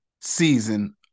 season